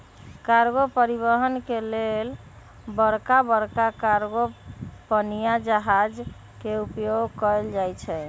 cargo परिवहन के लेल बड़का बड़का कार्गो पनिया जहाज के उपयोग कएल जाइ छइ